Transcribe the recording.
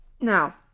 Now